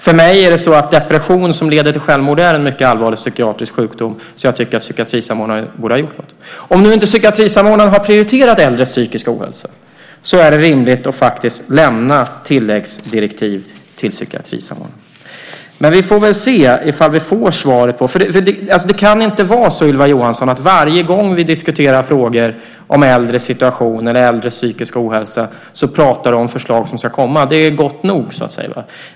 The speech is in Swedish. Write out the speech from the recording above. För mig är depression som leder till självmord en mycket allvarlig psykiatrisk sjukdom, så jag tycker att psykiatrisamordnaren borde ha gjort något. Om nu inte psykiatrisamordnaren har prioriterat äldres psykiska ohälsa är det rimligt att lämna tilläggsdirektiv till psykiatrisamordnaren. Vi får väl se om vi får svar. Det kan inte vara så, Ylva Johansson, att varje gång vi diskuterar frågor om äldres situation eller äldres psykiska ohälsa så pratar du om förslag som ska komma. Det är gott nog, så att säga.